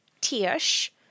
tish